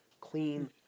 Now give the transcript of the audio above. clean